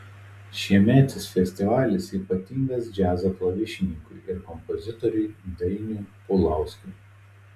šiemetis festivalis ypatingas džiazo klavišininkui ir kompozitoriui dainiui pulauskui